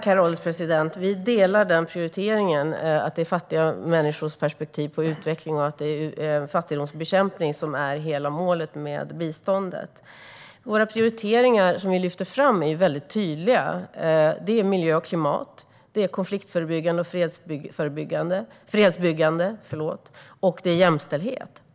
Herr ålderspresident! Vi delar synen på prioriteringen att det är fattiga människors perspektiv på utvecklingen och fattigdomsbekämpning som är hela målet med biståndet. De prioriteringar som vi lyfter fram är tydliga. Det är miljö och klimat, konfliktförebyggande och fredsbyggande och jämställdhet.